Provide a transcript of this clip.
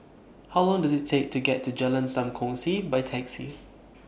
How Long Does IT Take to get to Jalan SAM Kongsi By Taxi